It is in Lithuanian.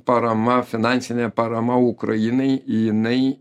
parama finansinė parama ukrainai jinai